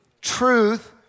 truth